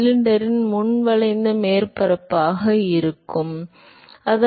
சிலிண்டரின் முன் வளைந்த மேற்பரப்பாக இருக்கும் முன் பகுதி